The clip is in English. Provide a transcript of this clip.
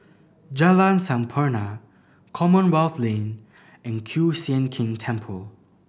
Jalan Sampurna Commonwealth Lane and Kiew Sian King Temple